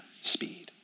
speed